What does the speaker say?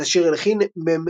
את השיר הלחין מ.